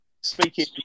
speaking